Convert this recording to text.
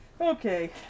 Okay